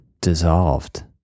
dissolved